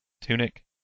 tunic